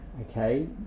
okay